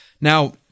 Now